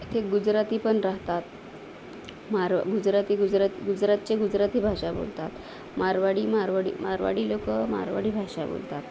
इथे गुजराती पण राहतात मारवा गुजराती गुजरात गुजरातचे गुजराती भाषा बोलतात मारवाडी मारवाडी मारवाडी लोक मारवाडी भाषा बोलतात